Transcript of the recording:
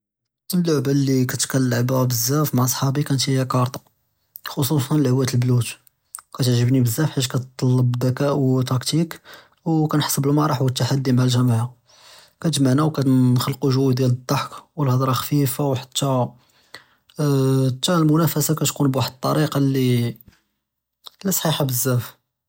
אֶלְלְעֻבָּה לִי כָּאנְת כַּאנְלַעַבְּהָ בְּזַאף מְעַא Ṣְחַאבִּי כָּאנְת הִיא כַּארְטָה חְחוּصָּה לְעְבַּת אֶלְבְּלוּט כַּאתְעְגְּבְנִי בְּזַאף חִית כַּאתְתְּطַלַּב דְּכָא וְתַקְתִּיק וְכָּאנְחַס בְּאֶלְמַרַח וְאֶלְתַּחַדִּי מְעַא אֶלְגַ'מַاعָה כַּאתְגַ'מַעְנַא וְכָּאנְכְלְּקוּ ג'וּ דִּיַאל אֶלְضَّחַك וְאֶלְהַדְרָה חְפִיפָה וְحַתַּּי תַּא אֶלְמֻנַافַסַה כַּאתְכּוּן בוּحַד אֶלְטְרִיקַה לִי Ṣְחִیحָה בְּזַאף.